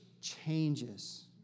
changes